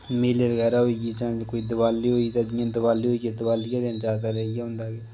मेले बगैरा होई गे जां कोई दिवाली होई जां दिवाली होई दिवाली आह्ले दिन जैदातर इ'यै होंदा कि